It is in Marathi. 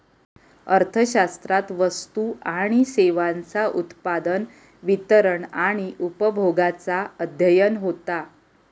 अर्थशास्त्रात वस्तू आणि सेवांचा उत्पादन, वितरण आणि उपभोगाचा अध्ययन होता